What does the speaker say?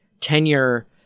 tenure